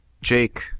Jake